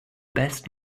best